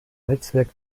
netzwerk